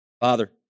Father